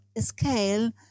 scale